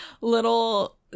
little